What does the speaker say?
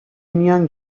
میان